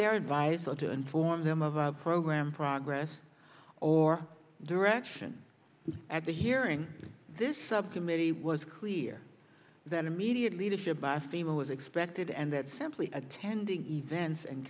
their advice or to inform them of our program progress or direction at the hearing this subcommittee was clear that immediate leadership by stephen was expected and that simply attending events and